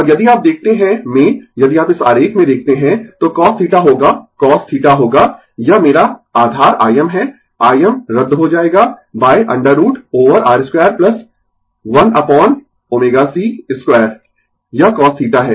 और यदि आप देखते है में यदि आप इस आरेख में देखते है तो cos θ होगा cos θ होगा यह मेरा आधार Im है Im रद्द हो जाएगा √ ओवर R 2 1 upon ω c 2 यह cos θ है